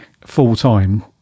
full-time